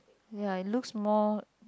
ya it looks more